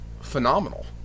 phenomenal